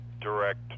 direct